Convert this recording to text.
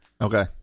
Okay